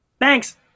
Thanks